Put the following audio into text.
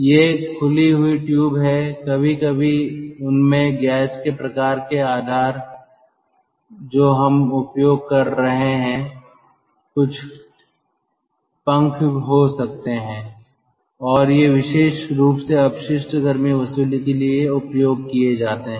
ये खुली हुई ट्यूब हैं कभी कभी उनमें गैस के प्रकार के आधार जो हम उपयोग कर रहे हैं कुछ पंख हो सकते हैं और ये विशेष रूप से अपशिष्ट गर्मी वसूली के लिए उपयोग किए जाते हैं